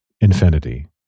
infinity